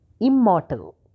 Immortal